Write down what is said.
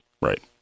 Right